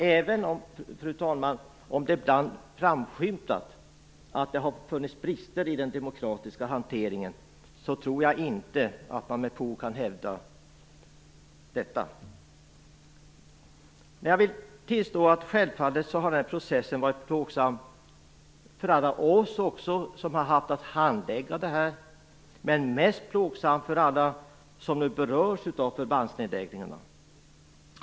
Även om det ibland har framskymtat att det har funnits brister i den demokratiska hanteringen tror jag inte att man med fog kan hävda att det har varit så. Självfallet har den här processen varit plågsam för oss som har haft att handlägga den. Men mest plågsam har den varit för alla dem som berörs av förbandsnedläggningarna.